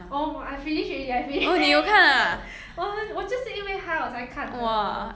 oh I finish already I finish 我我就是因为她我才看的